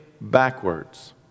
backwards